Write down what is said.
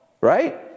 right